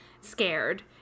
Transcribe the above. scared